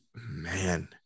Man